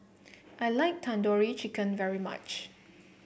I like Tandoori Chicken very much